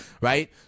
right